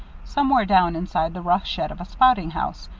somewhere down inside the rough shed of a spouting house,